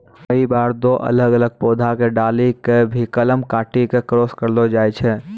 कई बार दो अलग अलग पौधा के डाली कॅ भी कलम काटी क क्रास करैलो जाय छै